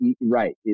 right